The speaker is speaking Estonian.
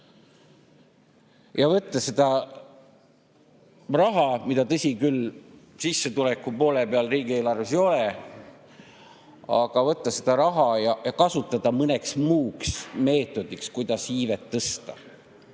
ja võtta seda raha, mida, tõsi küll, sissetuleku poole peal riigieelarves ei ole, ja kasutada mõneks muuks meetodiks, kuidas iivet tõsta.